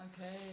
Okay